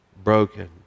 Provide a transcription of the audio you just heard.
broken